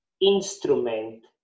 instrument